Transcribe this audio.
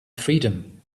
freedom